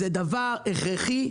זה דבר הכרחי,